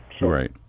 Right